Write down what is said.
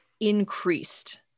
increased